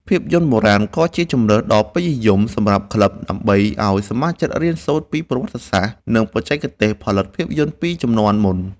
ភាពយន្តបុរាណ ក៏ជាជម្រើសដ៏ពេញនិយមសម្រាប់ក្លឹប ដើម្បីឱ្យសមាជិករៀនសូត្រពីប្រវត្តិសាស្ត្រ និងបច្ចេកទេសផលិតភាពយន្តពីជំនាន់មុន។